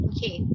Okay